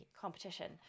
competition